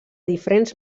diferents